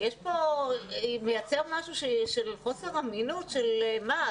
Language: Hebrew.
יש מייצר משהו של חוסר אמינות של: מה,